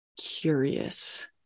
curious